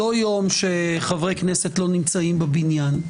לא יום שחברי כנסת לא נמצאים בבניין,